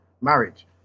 marriage